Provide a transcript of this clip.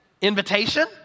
invitation